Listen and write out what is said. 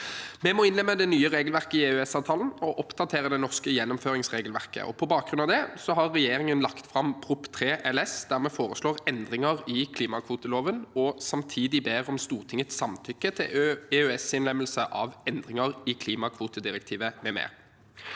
Vi må nå innlemme det nye regelverket i EØS-avtalen og oppdatere det norske gjennomføringsregelverket. På bakgrunn av det har regjeringen lagt fram Prop. 3 LS, der vi foreslår endringer i klimakvoteloven og samtidig ber om Stortingets samtykke til EØS-innlemmelse av endringer i klimakvotedirektivet m.m.